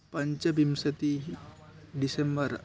पञ्चविंशतिः डिसेम्बर्